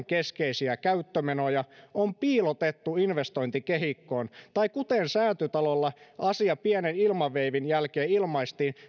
keskeisiä käyttömenoja on piilotettu investointikehikkoon tai kuten säätytalolla asia pienen ilmaveivin jälkeen ilmaistiin